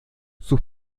sus